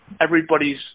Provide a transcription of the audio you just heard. everybody's